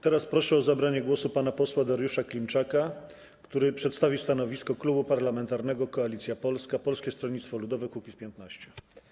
Teraz proszę o zabranie głosu pana posła Dariusza Klimczaka, który przedstawi stanowisko Klubu Parlamentarnego Koalicja Polska - Polskie Stronnictwo Ludowe - Kukiz15.